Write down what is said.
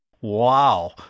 Wow